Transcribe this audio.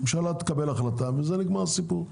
הממשלה תקבל החלטה ובזה נגמר הסיפור,